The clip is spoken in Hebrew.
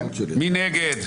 מי נגד?